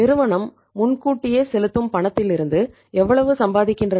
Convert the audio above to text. நிறுவனம் முன்கூட்டியே செலுத்தும் பணத்திலிருந்து எவ்வளவு சம்பாதிக்கிறார்கள்